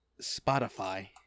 Spotify